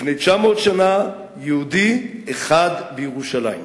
לפני 900 שנה, יהודי אחד בירושלים.